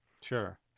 Sure